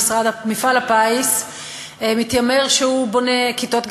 מפעל הפיס מתיימר שהוא בונה כיתות,